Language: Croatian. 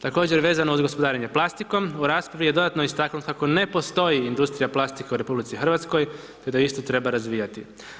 Također vezano uz gospodarenje plastikom, u raspravi je dodatno istaknut kako ne postoji industrija plastike u RH, te da istu treba razvijati.